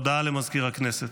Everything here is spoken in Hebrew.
הודעה למזכיר הכנסת.